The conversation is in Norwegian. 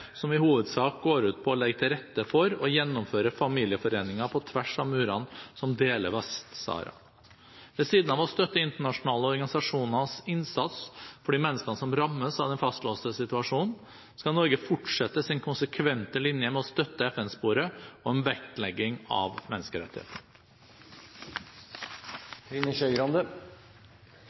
som i hovedsak går ut på å legge til rette for og gjennomføre familiegjenforeninger på tvers av muren som deler Vest-Sahara. Ved siden av å støtte internasjonale organisasjoners innsats for de menneskene som rammes av den fastlåste situasjonen, skal Norge fortsette sin konsekvente linje med å støtte FN-sporet og vektlegging av